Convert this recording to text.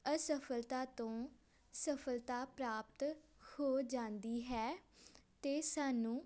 ਅਸਫਲਤਾ ਤੋਂ ਸਫਲਤਾ ਪ੍ਰਾਪਤ ਹੋ ਜਾਂਦੀ ਹੈ ਅਤੇ ਸਾਨੂੰ